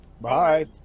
Bye